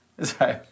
Sorry